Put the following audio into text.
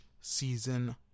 season